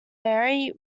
merry